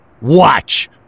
Watch